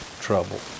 trouble